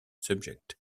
subject